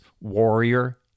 warrior